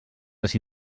les